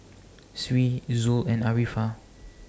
Sri Zul and Arifa